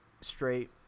straight